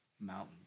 mountains